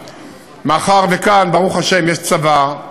מאחר שכאן, ברוך השם, יש צבא,